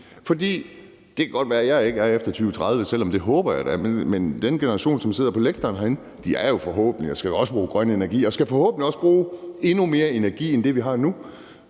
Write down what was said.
Det kan godt være, at jeg ikke er her efter 2030, selv om jeg da håber det, men den generation, der sidder på lægterne herinde, er her forhåbentlig, og de skal også bruge grøn energi og skal forhåbentlig også bruge endnu mere energi end det, vi har nu.